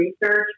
research